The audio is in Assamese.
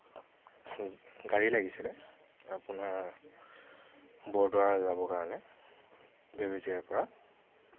গাড়ী লাগিছিলে আপোনাৰ বৰদোৱা যাবৰ কাৰণে বেবেজিয়াৰ পৰা